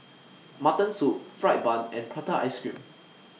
Mutton Soup Fried Bun and Prata Ice Cream